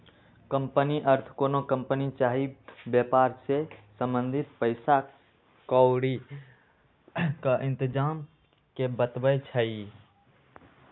company अर्थ कोनो company चाही वेपार से संबंधित पइसा क्औरी के इतजाम के बतबै छइ